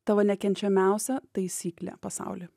tavo nekenčiamiausia taisyklė pasauly